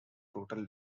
total